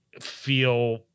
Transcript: feel